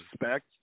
respect